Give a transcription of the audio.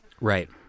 right